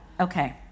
Okay